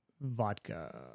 Vodka